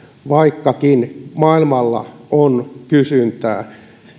vaikkakin maailmalla on kysyntää